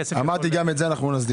אמרתי - גם את זה נסדיר.